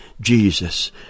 Jesus